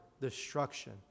destruction